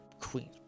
queen